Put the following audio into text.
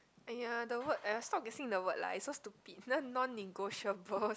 !aiya! the word !aiya! stop guessing the word lah it's so stupid non negotiable